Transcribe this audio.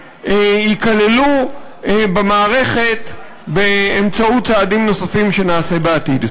ייכללו במערכת באמצעות צעדים נוספים שנעשה בעתיד.